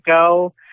go